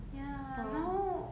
ya now